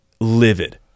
livid